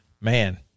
man –